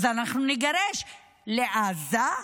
אז אנחנו נגרש לעזה.